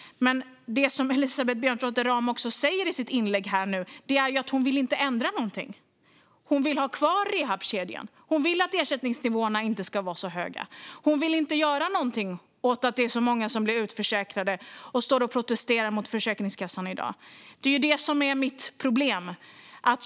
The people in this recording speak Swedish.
Men det som Elisabeth Björnsdotter Rahm säger i sitt inlägg är att hon inte vill ändra någonting. Hon vill ha kvar rehabkedjan. Hon vill att ersättningsnivåerna inte ska vara så höga. Hon vill inte göra någonting åt att det är många som blir utförsäkrade och som protesterar mot Försäkringskassan i dag. Det är det som är mitt problem.